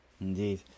Indeed